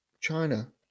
China